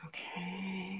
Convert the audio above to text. Okay